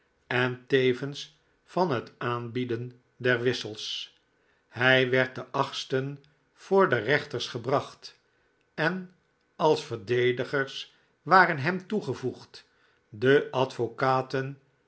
en tevens van het aanbieden der wissels hij werd den achtsten voor de rechters gebracht en als verdedigers waren hem toegcvoegd de advocaten